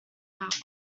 out